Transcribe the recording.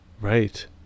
Right